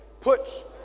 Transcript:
puts